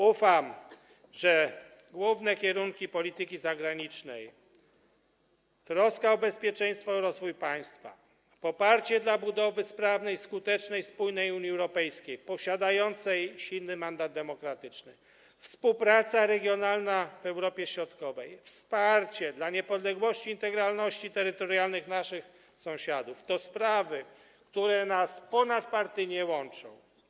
Ufam, że główne kierunki polityki zagranicznej, troska o bezpieczeństwo i rozwój państwa, poparcie dla budowy sprawnej, skutecznej, spójnej Unii Europejskiej, posiadającej silny mandat demokratyczny, współpraca regionalna w Europie Środkowej, wsparcie dla niepodległości, integralności terytorialnych naszych sąsiadów to sprawy, które nas ponadpartyjnie łączą.